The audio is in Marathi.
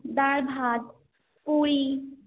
डाळभात पोळी